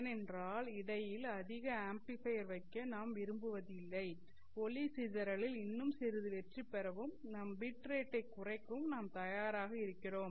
ஏனென்றால் இடையில் அதிக ஆம்ப்ளிபையர் வைக்க நாம் விரும்புவதில்லை ஒளி சிதறலில் இன்னும் சிறிது வெற்றி பெறவும் நம் பிட் ரேட்டை குறைக்கவும் நாம்தயாராக இருக்கிறோம்